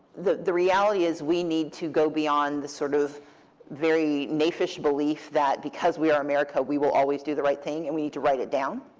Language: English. the the reality is we need to go beyond the sort of very knavish belief that because we are america, we will always do the right thing. and we need to write it down.